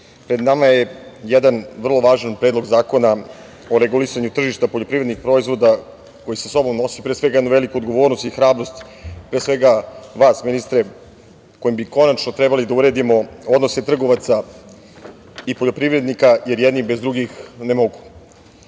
pred nama je jedan vrlo važan predlog zakona o regulisanju tržišta poljoprivrednih proizvoda koji sa sobom nosi pre svega jednu veliku odgovornost i hrabrost, pre svega vas, ministre, kojim bi konačno trebali da uredimo odnose trgovaca i poljoprivrednika, jer jedni bez drugih ne mogu.